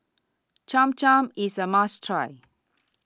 Cham Cham IS A must Try